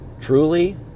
Truly